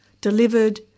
delivered